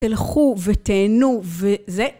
תלכו ותהנו ו... זה.